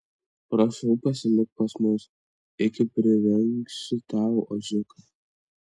prašau pasilik pas mus iki prirengsiu tau ožiuką